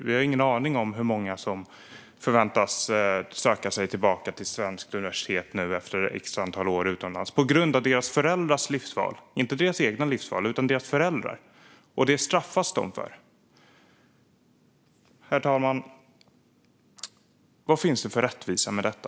Vi har ingen aning om hur många som kan förväntas söka sig tillbaka till svenska universitet efter ett antal år utomlands på grund av sina föräldrars livsval - inte sina egna livsval utan sina föräldrars. Det straffas de för, herr talman. Vad finns det för rättvisa i detta?